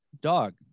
dog